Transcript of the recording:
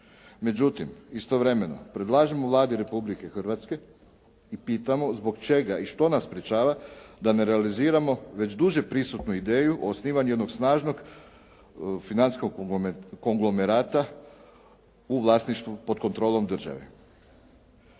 Međutim, istovremeno predlažemo Vladi Republike Hrvatske i pitamo zbog čega i što nas sprječava da ne realiziramo već duže prisutnu ideju o osnivanju jednog snažnog financijskog konglomerata u vlasništvu, pod kontrolom države.